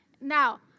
Now